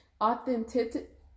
authentic